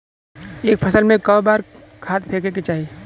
एक फसल में क बार खाद फेके के चाही?